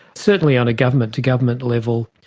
certainly on a government-to-government level,